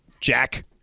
Jack